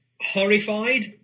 horrified